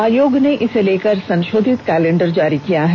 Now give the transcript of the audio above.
आयोग ने इसे लेकर संशोधित कैलेंडर जारी किया है